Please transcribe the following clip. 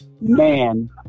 man